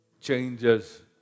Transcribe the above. changes